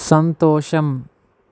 సంతోషం